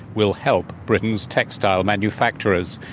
will help britain's textile manufacturers.